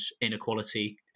inequality